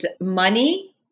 money